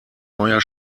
neuer